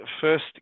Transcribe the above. first